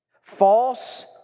false